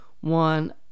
one